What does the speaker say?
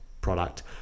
product